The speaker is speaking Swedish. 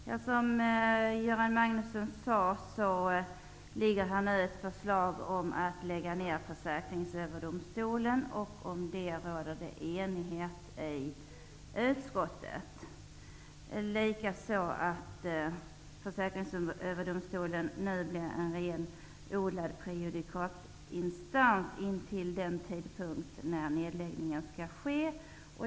Fru talman! Som Göran Magnusson sade föreligger nu förslag om att lägga ner Försäkringsöverdomstolen. Om detta råder det enighet i utskottet, likaså om att Försäkringsöverdomstolen skall bli en renodlad prejudikatinstans fram till den tidpunkt då nedläggningen skall ske.